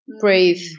breathe